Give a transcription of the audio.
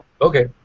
Okay